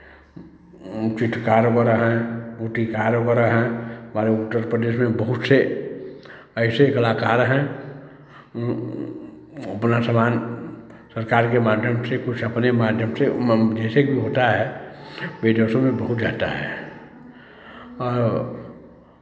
चित्रकार वगैरह हैं मूर्तिकार वगैरह हैं हमारे उत्तर प्रदेश में बहुत से ऐसे कलाकार हैं अपना सामान सरकार के माध्यम से कुछ अपने माध्यम से जैसे भी होता है विदेशों में बहुत जाता है